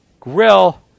grill